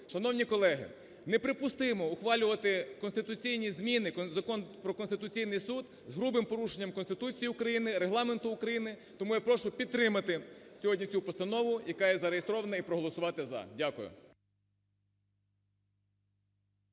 шановні колеги, неприпустимо ухвалювати конституційні зміни, Закон про Конституційний Суд з грубим порушенням Конституції України, Регламенту України. Тому я прошу підтримати сьогодні цю постанову сьогодні цю постанову, яка є зареєстрована, і проголосувати "за". Дякую.